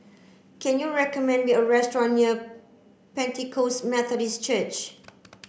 can you recommend me a restaurant near Pentecost Methodist Church